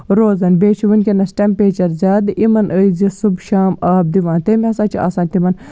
روزَن بیٚیہِ چھِ وٕنۍکٮ۪نَس ٹیمپیچَر زیادٕ یِمَن ٲسۍزِ صُبح شام آب دِوان تٔمۍ ہسا چھِ آسان تِمَن